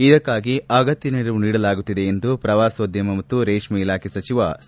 ಇದಕ್ಕಾಗಿ ಅಗತ್ತ ನೆರವು ನೀಡಲಾಗುತ್ತಿದೆ ಎಂದು ಪ್ರವಾಸೋದ್ಯಮ ಮತ್ತು ರೇಷ್ಠೆ ಇಲಾಖೆ ಸಚಿವ ಸಾ